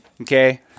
okay